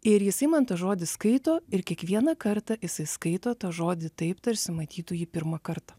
ir jisai man tą žodį skaito ir kiekvieną kartą jisai skaito tą žodį taip tarsi matytų jį pirmą kartą